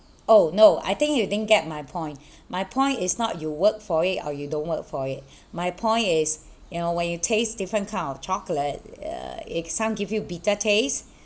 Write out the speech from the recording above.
oh no I think you didn't get my point my point is not you work for it or you don't work for it my point is you know when you taste different kind of chocolate err some give you bitter tastes